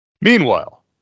Meanwhile